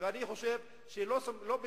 ואנחנו רוצים שכולם יאבטחו וישמרו עליהן.